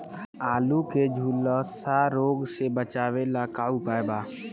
आलू के झुलसा रोग से बचाव ला का उपाय बा?